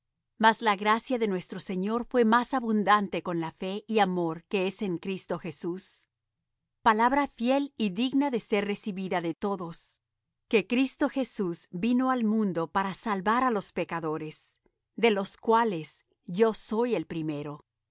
mas la gracia de nuestro señor fué más abundante con la fe y amor que es en cristo jesús palabra fiel y digna de ser recibida de todos que cristo jesús vino al mundo para salvar á los pecadores de los cuales yo soy el primero